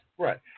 Right